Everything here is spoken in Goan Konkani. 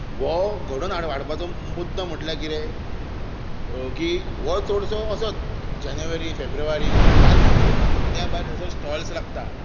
हो घडोवन हाडपाचो मुद्दो म्हणल्यार कितें की हो चडसो असोच जानेवारी फेब्रुवारी ह्या म्हयन्यांत जाता त्या भायर ताचो स्टॉल्स लागता